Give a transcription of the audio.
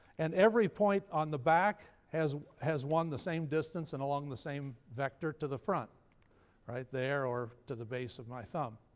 and every point on the back has has one the same distance and along the same vector, to the front right there, or to the base of my thumb.